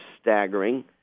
staggering